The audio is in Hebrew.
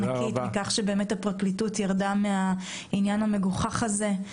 על כך שהפרקליטות ירדה מהעניין המגוחך הזה,